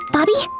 Bobby